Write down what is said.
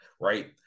right